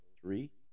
three